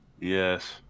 Yes